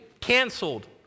canceled